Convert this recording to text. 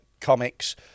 comics